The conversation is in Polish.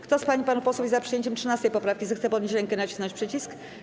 Kto z pań i panów posłów jest za przyjęciem 13. poprawki, zechce podnieść rękę i nacisnąć przycisk.